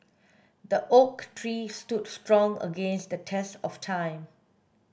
the oak tree stood strong against the test of time